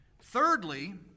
Thirdly